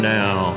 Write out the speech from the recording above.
now